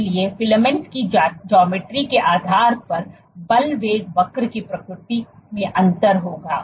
इसलिएफिलामेंट्स की ज्यामिति के आधार पर बल वेग वक्र की प्रकृति में अंतर होगा